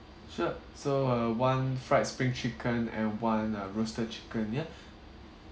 sure so uh one fried spring chicken and one uh roasted chicken ya